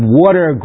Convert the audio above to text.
water